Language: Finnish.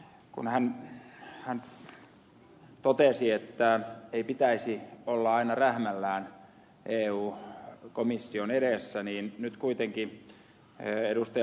kun hän totesi että ei pitäisi olla aina rähmällään eu komission edessä niin nyt kuitenkin ed